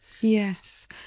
Yes